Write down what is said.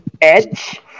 Edge